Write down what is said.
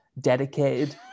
dedicated